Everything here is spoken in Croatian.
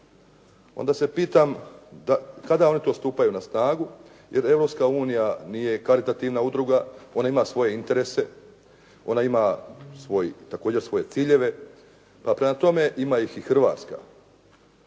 onda se pitam kada oni to stupaju na snagu jer Europska unija nije karitativna udruga, ona ima svoje interese, ona ima također svoje ciljeve pa prema tome, ima ih i Hrvatska.